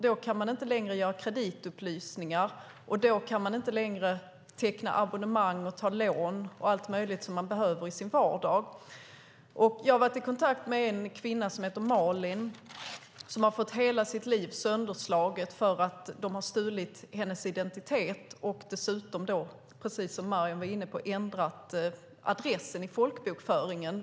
Det kan inte tas kreditupplysningar på den som fått personnumret spärrat, vilket i sin tur innebär att personen i fråga inte kan teckna abonnemang, inte kan ta lån eller göra annat som man behöver göra i sin vardag. Jag har varit i kontakt med en kvinna som heter Malin som har fått hela sitt liv sönderslaget för att de har stulit hennes identitet. Dessutom har de, som Maryam Yazdanfar var inne på, ändrat adressen i folkbokföringen.